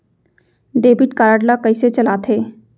Debit card ला कइसे चलाते?